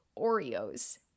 Oreos